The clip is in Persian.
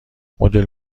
مدل